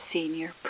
Senior